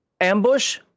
ambush